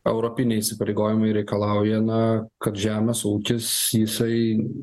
europiniai įsipareigojimai reikalauja na kad žemės ūkis jisai